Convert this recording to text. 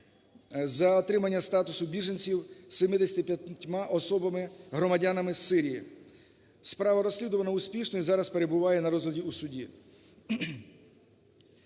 за отримання статусу біженців 75 особами громадянами Сирії. Справа розслідувана успішно і зараз перебуває на розгляді у суді.